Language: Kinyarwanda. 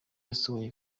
yasohoye